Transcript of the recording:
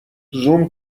زوم